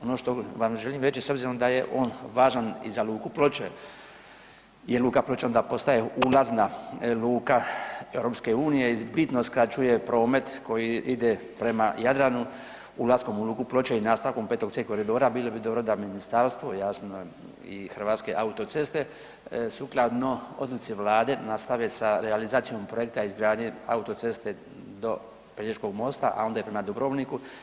Ono što vam želim reći s obzirom da je on važan i za luku Ploče, jer luka Ploče onda postaje ulazna luka Europske unije i bitno skraćuje promet koji ide prema Jadranu ulaskom u luku Ploče i nastavkom 5C koridora, bilo bi dobro da Ministarstvo, jasno i Hrvatske autoceste sukladno odluci Vlade nastave sa realizacijom projekta izgradnje autoceste do Pelješkog mosta, a onda i na Dubrovniku.